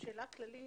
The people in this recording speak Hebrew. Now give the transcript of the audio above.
שאלה כללית: